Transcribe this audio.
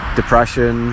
depression